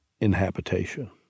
inhabitation